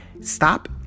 stop